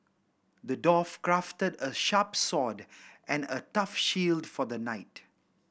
the dwarf crafted a sharp and a tough shield for the knight